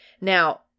Now